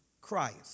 Christ